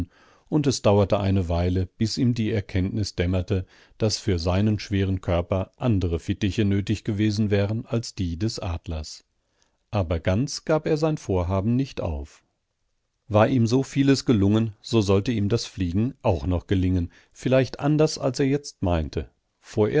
und es dauerte eine weile bis ihm die erkenntnis dämmerte daß für seinen schweren körper andere fittiche nötig gewesen wären als die des adlers aber ganz gab er sein vorhaben nicht auf war ihm so vieles gelungen so sollte ihm das fliegen auch noch gelingen vielleicht anders als er jetzt meinte